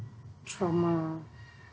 trauma